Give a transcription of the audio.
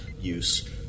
use